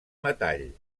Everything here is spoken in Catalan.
metall